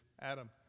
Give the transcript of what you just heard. adam